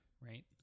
right